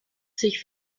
sich